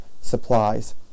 supplies